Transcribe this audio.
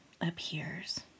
appears